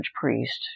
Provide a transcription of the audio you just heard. priest